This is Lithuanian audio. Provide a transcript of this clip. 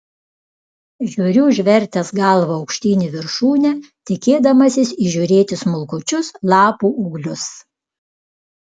žiūriu užvertęs galvą aukštyn į viršūnę tikėdamasis įžiūrėti smulkučius lapų ūglius